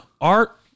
art